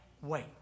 wait